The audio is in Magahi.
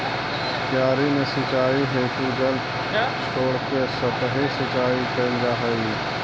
क्यारी में सिंचाई हेतु जल छोड़के सतही सिंचाई कैल जा हइ